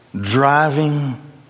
driving